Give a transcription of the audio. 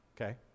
Okay